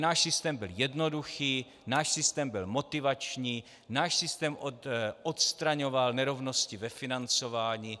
Náš systém byl jednoduchý, náš systém byl motivační, náš systém odstraňoval nerovnosti ve financování.